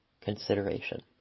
consideration